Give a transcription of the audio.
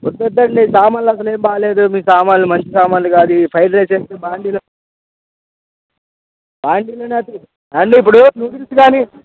వద్దు వద్దండి సామాన్లు అసలేం బాలేదు మీ సామాన్లు మంచి సామాన్లు కాదు ఈ ఫ్రైడ్రైస్ వేస్తే బాండీలో బాండీలోనే అతుక్కు అండి ఇప్పుడు నూడిల్స్గానీ